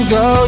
go